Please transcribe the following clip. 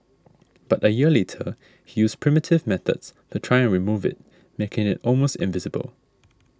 but a year later he used primitive methods to try and remove it making it almost invisible